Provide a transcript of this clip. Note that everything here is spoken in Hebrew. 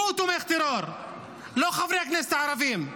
הוא תומך טרור, לא חברי הכנסת הערבים.